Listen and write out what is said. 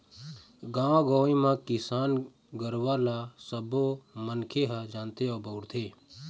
गाँव गंवई म किसान गुरूवा ल सबो मनखे ह जानथे अउ बउरथे